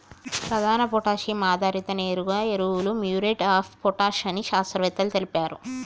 ప్రధాన పొటాషియం ఆధారిత నేరుగా ఎరువులు మ్యూరేట్ ఆఫ్ పొటాష్ అని శాస్త్రవేత్తలు తెలిపారు